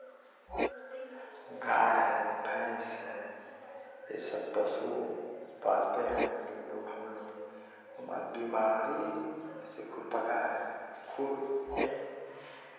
गाय है भैंस है ये सब पशु पालते हैं लोग हमलोग उस में बीमारी से खुर पका है खुर में